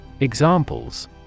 Examples